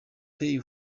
play